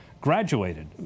graduated